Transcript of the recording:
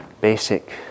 basic